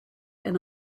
and